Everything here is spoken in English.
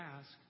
ask